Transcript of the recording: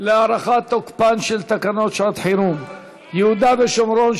להארכת תוקפן של תקנות שעת חירום (יהודה ושומרון,